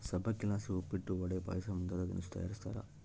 ಸಬ್ಬಕ್ಶಿಲಾಸಿ ಉಪ್ಪಿಟ್ಟು, ವಡೆ, ಪಾಯಸ ಮುಂತಾದ ತಿನಿಸು ತಯಾರಿಸ್ತಾರ